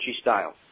style